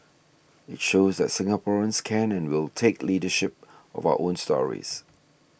it shows that Singaporeans can and will take leadership of our own stories